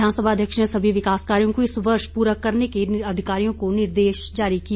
विधानसभा अध्यक्ष ने सभी विकास कार्यों को इस वर्ष पूरा करने के अधिकारियों को निर्देश दिए